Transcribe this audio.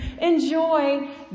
enjoy